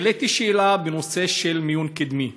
העליתי שאלה בנושא של מיון קדמי,